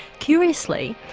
curiously,